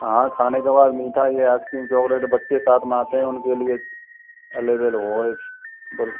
हाँ खाने के बाद मीठा ये आइसक्रीम चॉकलेट बच्चे साथ में आते हैं उनके लिए